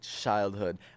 childhood